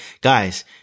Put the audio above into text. guys